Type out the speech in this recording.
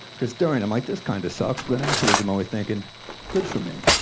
cause during, i'm like this kind of shucks, but then afterwards, i'm always thinking good for me.